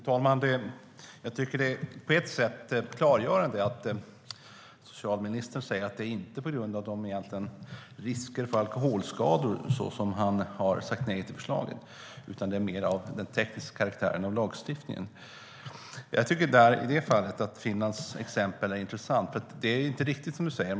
Fru talman! Jag tycker att det på ett sätt är klargörande att socialministern säger att det egentligen inte är på grund av risker för alkoholskador som han har sagt nej till förslaget. Det handlar mer om teknisk karaktär och om lagstiftningen.I det fallet tycker jag att Finlands exempel är intressant. Det är inte riktigt som statsrådet säger.